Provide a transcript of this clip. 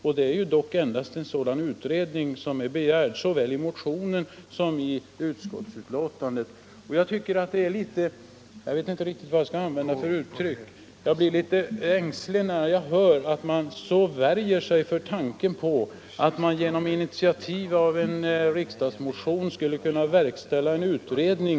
Och det är endast en utredning som begärts såväl i motionen som i utskottsbetänkandet. Jag blir faktiskt litet ängslig när jag hör att man så ivrigt värjer sig för tanken att det genom initiativ av en riksdagsmotion skulle kunna verkställas en utredning.